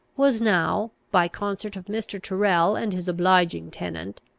was now, by concert of mr. tyrrel and his obliging tenant,